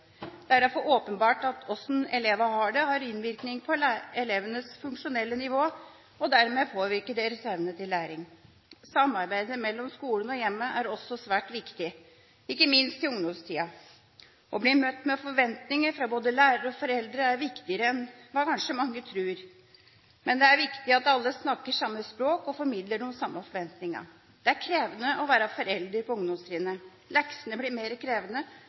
Det er derfor åpenbart at hvordan elevene har det, har innvirkning på elevenes funksjonelle nivå – og dermed påvirker deres evne til læring. Samarbeidet mellom skolene og hjemmet er også svært viktig. Ikke minst i ungdomstida. Å bli møtt med forventninger fra både lærere og foreldre er viktigere enn hva kanskje mange tror, men det er viktig at alle snakker samme språk og formidler de samme forventningene. Det er krevende å være forelder på ungdomstrinnet. Leksene blir mer krevende,